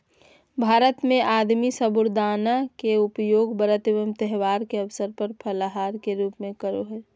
भारत में आदमी साबूदाना के उपयोग व्रत एवं त्यौहार के अवसर पर फलाहार के रूप में करो हखिन